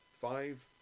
Five